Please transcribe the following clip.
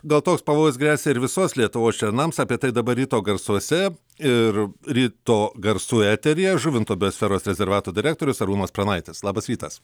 gal toks pavojus gresia ir visos lietuvos šernams apie tai dabar ryto garsuose ir ryto garsų eteryje žuvinto biosferos rezervato direktorius arūnas pranaitis labas rytas